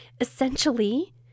Essentially